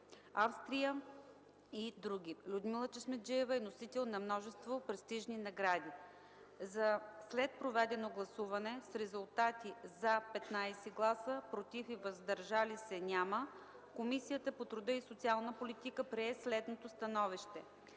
Австрия и други. Людмила Чешмеджиева е носител на множество престижни награди. След проведено гласуване с резултати: „за” – 15 гласа, „против” и „въздържали се” – няма, Комисията по труда и социалната политика прие следното становище: